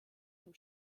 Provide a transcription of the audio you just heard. zum